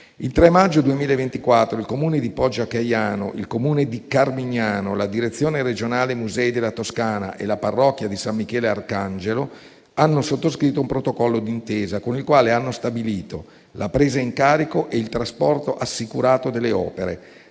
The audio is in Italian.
Il 3 maggio 2024, il Comune di Poggio a Caiano, il Comune di Carmignano, la direzione regionale musei della Toscana e la parrocchia di San Michele Arcangelo hanno sottoscritto un protocollo d'intesa con il quale hanno stabilito la presa in carico e il trasporto assicurato delle opere;